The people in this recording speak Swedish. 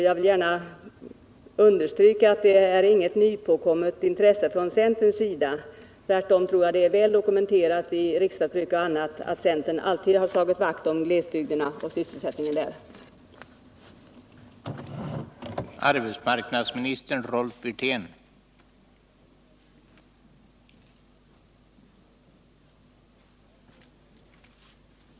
Jag vill understryka att det inte är något nytillkommet intresse som nu visas från centern på denna punkt. Tvärtom är det väl dokumenterat i riksdagstryck och i andra sammanhang att centern alltid slagit vakt om sysselsättningen i glesbygderna.